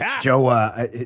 Joe